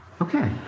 Okay